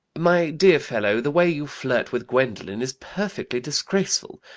my dear fellow, the way you flirt with gwendolen is perfectly disgraceful.